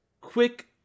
quick